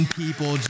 people